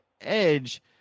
edge